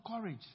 courage